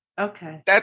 Okay